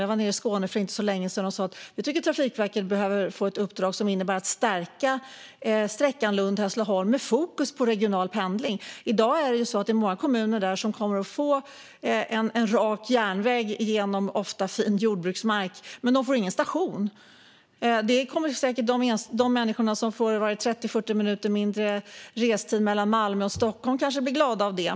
Jag var nere i Skåne för inte så länge sedan och tittade på det här. Vi tycker att Trafikverket behöver få ett uppdrag som innebär att stärka den här sträckan med fokus på regional pendling. I dag är det många kommuner där som kommer att få en rak järnväg genom ofta fin jordbruksmark, men de får ingen station. Det kommer säkert de människor som får 30-40 minuter mindre restid mellan Malmö och Stockholm att bli glada åt.